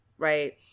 Right